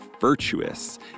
Virtuous